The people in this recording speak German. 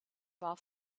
war